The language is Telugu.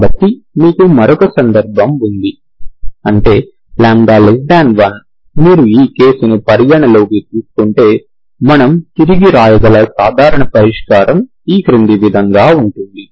కాబట్టి మీకు మరొక సందర్భం ఉంది అంటే λ1 మీరు ఈ కేసును పరిగణనలోకి తీసుకుంటే మనము తిరిగి వ్రాయగల సాధారణ పరిష్కారం ఈ క్రింది విధంగా ఉంటుంది